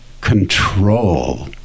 control